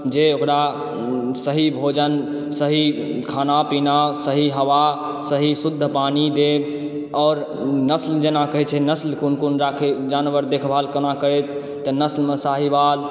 जे ओकरा सही भोजन सही खाना पीना सही हवा सही शुद्ध पानी दे और नस्ल जेना कहै छै नस्ल कोन कोन राखै जानवर देखभाल कोना करैत तऽ नस्लमे शाहीवाल